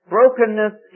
Brokenness